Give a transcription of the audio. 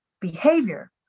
behavior